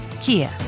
Kia